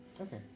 Okay